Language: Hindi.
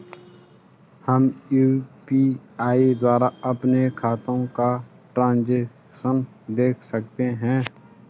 हम यु.पी.आई द्वारा अपने खातों का ट्रैन्ज़ैक्शन देख सकते हैं?